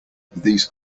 these